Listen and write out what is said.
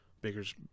Baker's